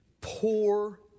poor